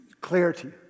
clarity